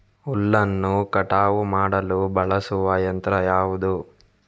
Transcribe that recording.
ಹುಲ್ಲನ್ನು ಕಟಾವು ಮಾಡಲು ಬಳಸುವ ಯಂತ್ರ ಯಾವುದು?